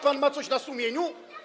Pan ma coś na sumieniu?